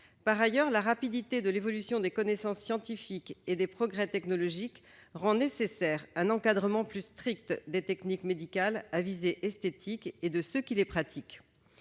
Par ailleurs, la rapidité de l'évolution des connaissances scientifiques et des progrès technologiques rend nécessaire un encadrement plus strict des techniques médicales à visée esthétique et de ceux qui les pratiquent.